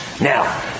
Now